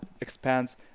expands